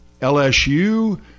LSU